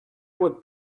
would